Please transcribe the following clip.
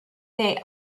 they